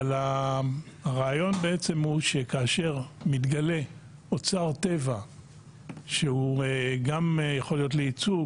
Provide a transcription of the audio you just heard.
הרעיון הוא שכאשר מתגלה אוצר טבע שהוא גם יכול להיות ליצוא,